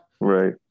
Right